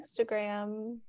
instagram